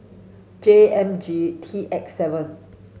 J M G T X seven